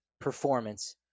performance